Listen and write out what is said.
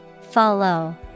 follow